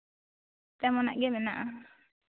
ᱛᱮᱢᱚᱱᱟᱜ ᱜᱮ ᱢᱮᱱᱟᱜᱼᱟ